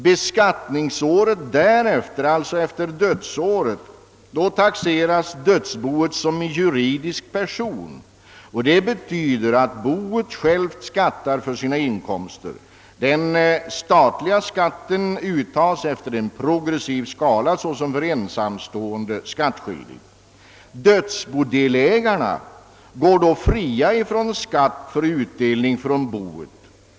Beskattningsåret efter dödsfallsåret taxeras dödsboet som juridisk person. Detta betyder att dödsboet självt skattar för sina inkomster och att den statliga skatten tas ut efter samma progressiva skala som gäller för fysiska personer. Dödsbodelägarna går då fria från skatt för den inkomst som de haft i form av utdelning från dödsboet.